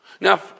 Now